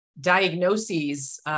diagnoses